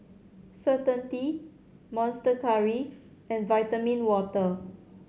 Certainty Monster Curry and Vitamin Water